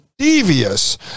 devious